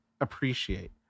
appreciate